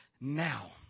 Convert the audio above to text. now